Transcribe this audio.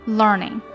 learning